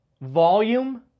volume